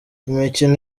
imikino